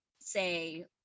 say